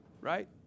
right